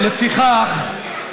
לפיכך,